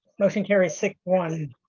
motion carries six one.